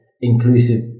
inclusive